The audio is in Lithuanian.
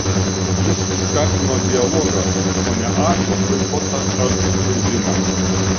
jis skatino dialogą o ne aklą boikotą ar draudimą